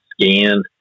scan